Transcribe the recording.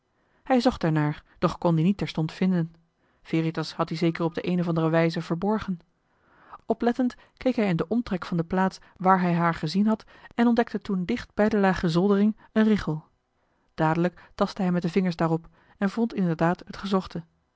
hij zocht daarnaar doch kon die niet terstond vinden veritas had die zeker op de een of andere wijze verborgen oplettend keek hij in den omtrek van de plaats waar hij haar gezien had en ontdekte toen dicht bij de lage zoldering een richel dadelijk tastte hij met de vingers daarop en vond inderdaad het gezochte